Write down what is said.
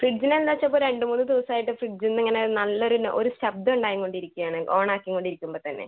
ഫ്രിഡ്ജിൽ എന്താച്ചാൽ ഇപ്പം രണ്ട് മൂന്ന് ദിവസം ആയിട്ട് ഫ്രിഡ്ജിൽ നിന്ന് ഇങ്ങനെ നല്ലൊരു ഒരു ശബ്ദം ഉണ്ടായും കൊണ്ട് ഇരിക്കാണ് ഓൺ ആക്കീം കൊണ്ട് ഇരിക്കുമ്പോൾ തന്നെ